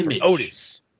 Otis